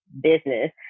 business